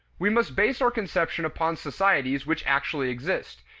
we must base our conception upon societies which actually exist,